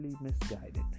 misguided